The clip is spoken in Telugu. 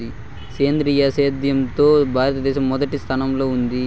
సేంద్రీయ సేద్యంలో భారతదేశం మొదటి స్థానంలో ఉంది